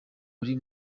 buri